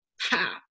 Ha